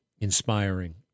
inspiring